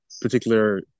particular